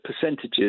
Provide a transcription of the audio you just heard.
percentages